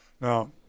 now